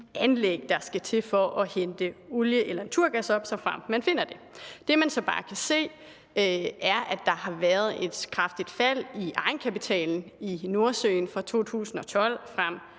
der skal til for at hente olie eller naturgas op, såfremt man finder det. Det, man så bare kan se, er, at der har været et kraftigt fald i egenkapitalen i Nordsøfonden fra 2012 frem